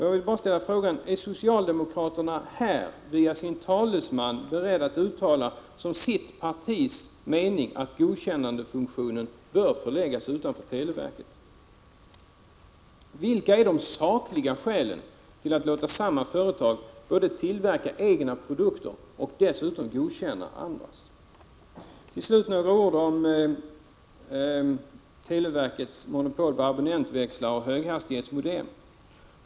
Jag vill ställa frågan: Är socialdemokraterna här genom sin talesman beredda att uttala som sitt partis mening att godkännandefunktionen bör förläggas utanför televerket? Vilka är de sakliga skälen för att låta samma företag både tillverka egna produkter och godkänna andras? Till slut några ord om televerkets monopol på abonnentväxlar och höghastighetsmodem.